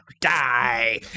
Die